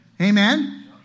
Amen